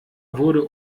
wurde